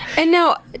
and now,